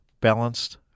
balanced